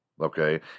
Okay